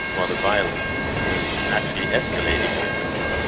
while the violence was actually escalating in the country.